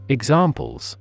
Examples